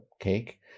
cake